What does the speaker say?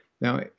now